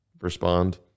respond